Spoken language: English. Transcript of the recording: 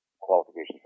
qualifications